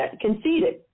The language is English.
conceded